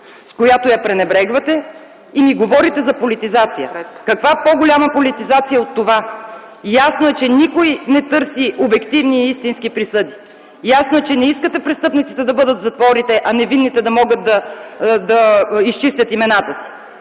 с която пренебрегвате или говорите за политизация. Каква по-голяма политизация от това? Ясно е, че никой не търси обективни и истински присъди. Ясно е, че не искате престъпниците да бъдат в затворите, а невинните да могат да изчистят имената си.